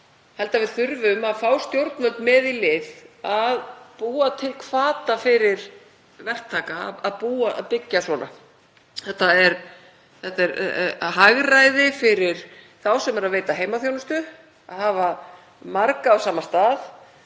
held að við þurfum að fá stjórnvöld í lið með okkur að búa til hvata fyrir verktaka að byggja svona. Þetta er hagræði fyrir þá sem veita heimaþjónustu, að hafa marga á sama stað.